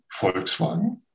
Volkswagen